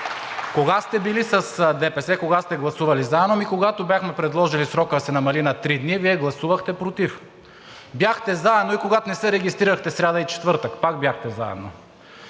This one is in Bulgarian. Кога сте били с ДПС, кога сте гласували заедно? Ами, когато бяхме предложили срокът да се намали на три дни, Вие гласувахте против. Бяхте заедно и когато не се регистрирахте сряда и четвъртък, пак бяхте заедно.